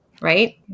right